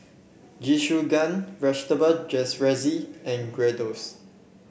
Jingisukan Vegetable Jalfrezi and